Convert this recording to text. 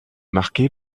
marqué